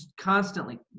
constantly